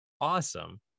awesome